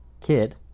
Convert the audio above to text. kid